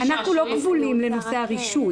אנחנו לא כבולים לנושא הרישוי.